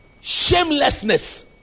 shamelessness